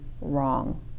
wrong